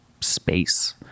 space